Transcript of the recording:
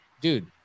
dude